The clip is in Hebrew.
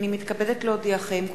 הנני מתכבדת להודיעכם,